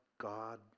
God